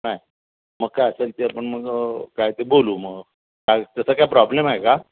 काय मग काय असेल ते आपण मग काय ते बोलू मग काय तसा काय प्रॉब्लेम आहे का